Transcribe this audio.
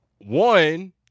one